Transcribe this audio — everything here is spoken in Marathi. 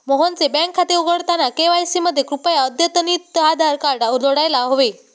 मोहनचे बँक खाते उघडताना के.वाय.सी मध्ये कृपया अद्यतनितआधार कार्ड जोडायला हवे